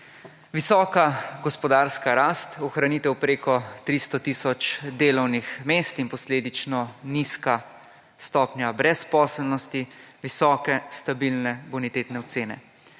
Visoka gospodarska rast, ohranitev preko 300 tisoč delovnih mest in posledično nizka stopnja brezposelnosti, visoke stabilne bonitetne ocene,